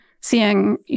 seeing